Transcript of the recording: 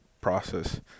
process